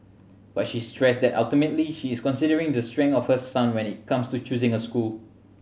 but she stressed that ultimately she is considering the strength of her son when it comes to choosing a school